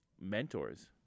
mentors